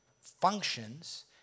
functions